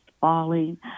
Falling